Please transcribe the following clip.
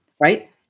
right